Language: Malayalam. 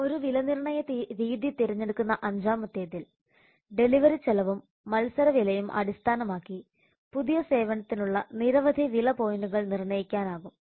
ഒരു വിലനിർണ്ണയ രീതി തിരഞ്ഞെടുക്കുന്ന അഞ്ചാമത്തേതിൽ ഡെലിവറി ചെലവും മത്സര വിലയും അടിസ്ഥാനമാക്കി പുതിയ സേവനത്തിനുള്ള നിരവധി വില പോയിന്റുകൾ നിർണ്ണയിക്കാനാകും